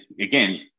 again